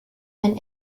ein